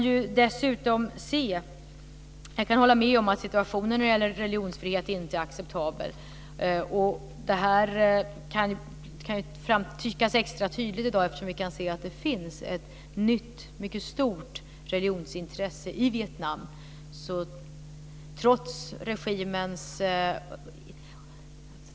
Jag kan hålla med om att situationen när det gäller religionsfrihet inte är acceptabel. Det kan tyckas extra tydligt i dag eftersom vi kan se att det finns ett nytt, mycket stort, religionsintresse i Vietnam.